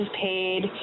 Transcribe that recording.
paid